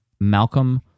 malcolm